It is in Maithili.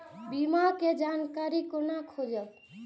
बीमा के जानकारी कोना खोजब?